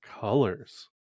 colors